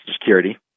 Security